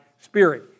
spirit